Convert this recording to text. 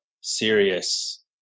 serious